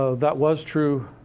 ah that was true.